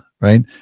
right